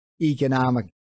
economic